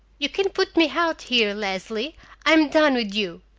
you can put me out here, leslie i'm done with you,